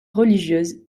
religieuse